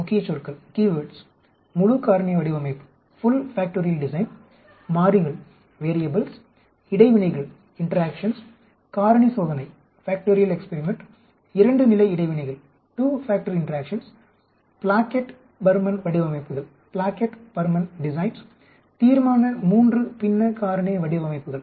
முக்கியச்சொற்கள் முழு காரணி வடிவமைப்பு மாறிகள் இடைவினைகள் காரணி சோதனை இரண்டு நிலை இடைவினைகள் பிளாக்கெட் பர்மன் வடிவமைப்புகள் தீர்மான III பின்ன காரணி வடிவமைப்புகள்